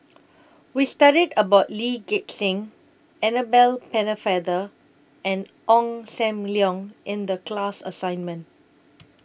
We studied about Lee Gek Seng Annabel Pennefather and Ong SAM Leong in The class assignment